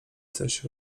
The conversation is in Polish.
coś